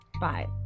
Bye